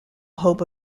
hope